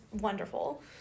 wonderful